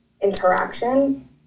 interaction